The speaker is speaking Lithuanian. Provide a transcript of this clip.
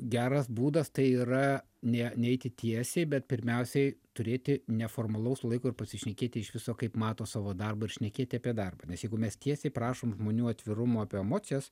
geras būdas tai yra ne neiti tiesiai bet pirmiausiai turėti neformalaus laiko ir pasišnekėti iš viso kaip mato savo darbą ir šnekėti apie darbą nes jeigu mes tiesiai prašom žmonių atvirumo apie emocijas